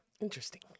Interesting